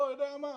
לא יודע מה,